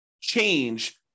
change